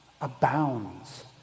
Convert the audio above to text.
abounds